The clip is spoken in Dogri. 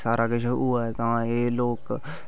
अगर इत्थै एह् सारा किश होऐ तां एह् लोक